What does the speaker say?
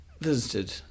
visited